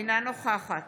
אינה נוכחת